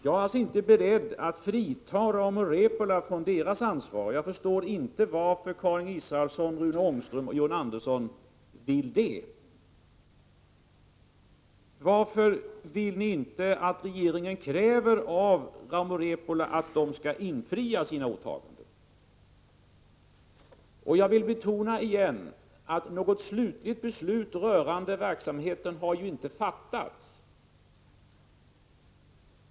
Jag är alltså inte beredd att frita Rauma Repola från sitt ansvar. Jag förstår inte varför Karin Israelsson, Rune Ångström och John Andersson vill det. Varför vill ni inte att regeringen kräver att Rauma Repola skall infria sina åtaganden? Jag vill återigen betona att något beslut rörande verksamheten ju inte har fattats.